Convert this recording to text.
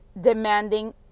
demanding